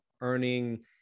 earning